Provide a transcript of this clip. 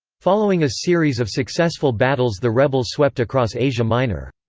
following a series of successful battles the rebels swept across asia minor.